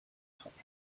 خوانید